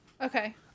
okay